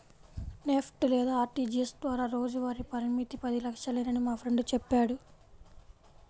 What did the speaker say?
NEFT లేదా RTGS ద్వారా రోజువారీ పరిమితి పది లక్షలేనని మా ఫ్రెండు చెప్పాడు